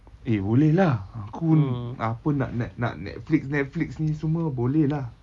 eh boleh lah aku apa nak netflix netflix ni semua boleh lah